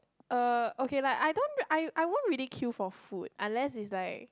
err okay like I don't I I won't really queue for food unless is like